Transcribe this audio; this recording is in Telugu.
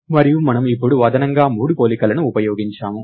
మరియు మనము ఇప్పుడు అదనంగా 3 పోలికలను ఉపయోగించాము